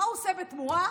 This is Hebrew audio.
מה הוא עושה בתמורה?